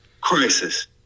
crisis